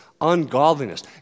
ungodliness